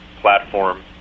platform